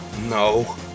No